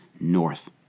north